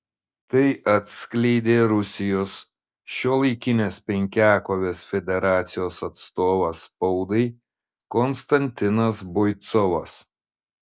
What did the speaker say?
tai atskleidė rusijos šiuolaikinės penkiakovės federacijos atstovas spaudai konstantinas boicovas